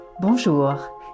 Bonjour